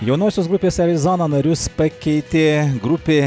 jaunosios grupės erizona narius pakeitė grupė